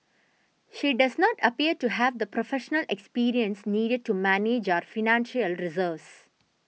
she does not appear to have the professional experience needed to manage our financial reserves